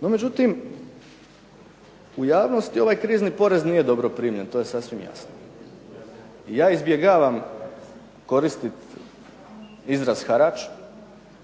No međutim, u javnosti ovaj krizni porez nije dobro primljen, to je sasvim jasno. Ja izbjegavam koristit izraz harač